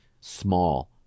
small